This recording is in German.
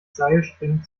seilspringen